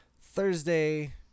Thursday